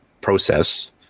process